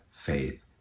faith